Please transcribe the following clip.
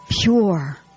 pure